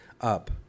up